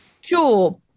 Sure